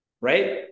Right